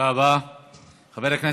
עמדת הסיעה והממשלה.